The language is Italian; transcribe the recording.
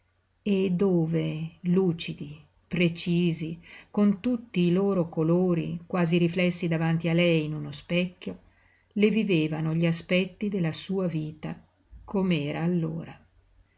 e dove lucidi precisi con tutti i loro colori quasi riflessi davanti a lei in uno specchio le vivevano gli aspetti della sua vita com'era allora